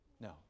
no